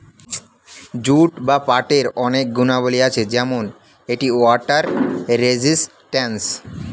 jute বা পাটের অনেক গুণাবলী আছে যেমন এটি ওয়াটার রেজিস্ট্যান্স